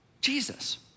Jesus